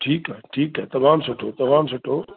ठीकु आहे ठीकु आहे तमामु सुठो तमामु सुठो